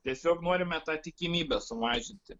tiesiog norime tą tikimybę sumažinti